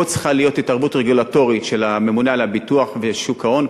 פה צריכה להיות התערבות רגולטורית של הממונה על הביטוח ושוק ההון.